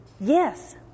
Yes